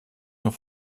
nur